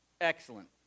Excellent